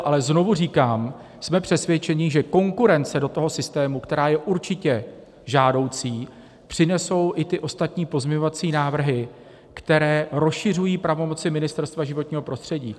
Ale znovu říkám, jsme přesvědčeni, že konkurenci do toho systému, která je určitě žádoucí, přinesou i ty ostatní pozměňovací návrhy, které rozšiřují pravomoci Ministerstva životního prostředí.